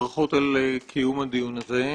ברכות על קיום הדיון הזה,